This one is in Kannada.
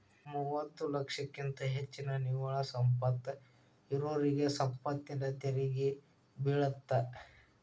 ಮೂವತ್ತ ಲಕ್ಷಕ್ಕಿಂತ ಹೆಚ್ಚಿನ ನಿವ್ವಳ ಸಂಪತ್ತ ಇರೋರಿಗಿ ಸಂಪತ್ತಿನ ತೆರಿಗಿ ಬೇಳತ್ತ